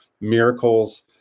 miracles